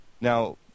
Now